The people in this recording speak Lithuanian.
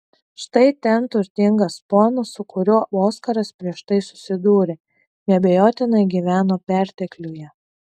štai ten turtingas ponas su kuriuo oskaras prieš tai susidūrė neabejotinai gyveno pertekliuje